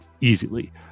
easily